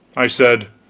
i said